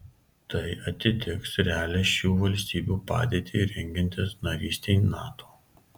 tai atitiks realią šių valstybių padėtį rengiantis narystei nato